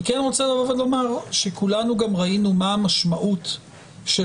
אני כן רוצה לומר שראינו מה המשמעות של